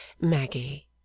maggie